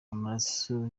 amaraso